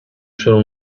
cielo